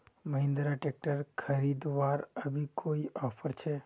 Mahindra tractor खरीदवार अभी कोई ऑफर छे?